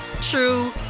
true